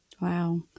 Wow